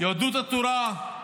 יהדות התורה,